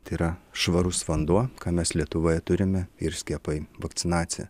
tai yra švarus vanduo ką mes lietuvoje turime ir skiepai vakcinacija